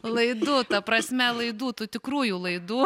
laidų ta prasme laidų tų tikrųjų laidų